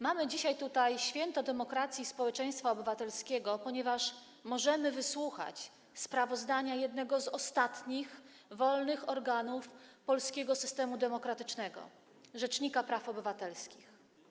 Mamy tutaj dzisiaj święto demokracji i społeczeństwa obywatelskiego, ponieważ możemy wysłuchać sprawozdania jednego z ostatnich wolnych organów polskiego systemu demokratycznego - rzecznika praw obywatelskich.